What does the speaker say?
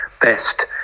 best